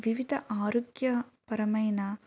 వివిధ ఆరోగ్యపరమైన